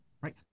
right